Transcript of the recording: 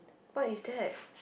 what is that